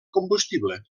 combustible